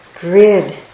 grid